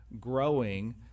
growing